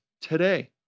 today